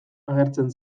agertzen